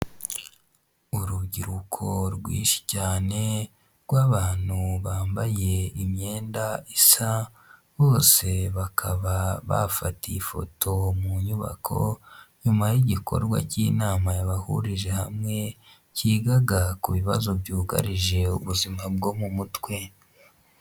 Urubyiruko rwinshi cyane rw'abantu bambaye imyenda isa bose bakaba bafatiye ifoto mu nyubako nyuma y'igikorwa cy'inama yabahurije hamwe cyigaga ku bibazo byugarije ubuzima bwo mu mutwe.